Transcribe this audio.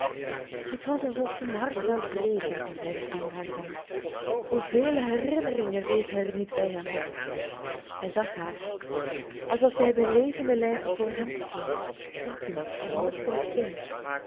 het was alsof zijn hart zou breken als hij aan haar dacht hoevele herinneringen rezen er niet bij hem op hij zag haar alsof zij bij levenden lijve voor hem stond lachend als een moedwillig kind